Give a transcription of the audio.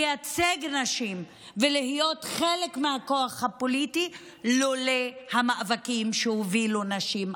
לייצג נשים ולהיות חלק מהכוח הפוליטי לולא המאבקים שהובילו נשים אחרות,